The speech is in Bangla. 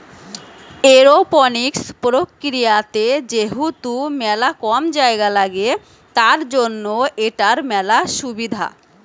এরওপনিক্স প্রক্রিয়াতে যেহেতু মেলা কম জায়গা লাগে, তার জন্য এটার মেলা সুবিধা